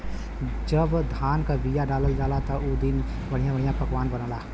जब धान क बिया डालल जाला त उ दिन बढ़िया बढ़िया खाना बनला